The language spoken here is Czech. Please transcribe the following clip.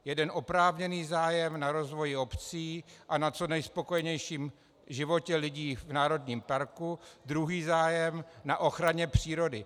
Jeden oprávněný zájem na rozvoji obcí a na co nejspokojenějším životě lidí v národním parku, druhý zájem na ochraně přírody.